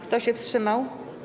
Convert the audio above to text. Kto się wstrzymał?